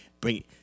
bring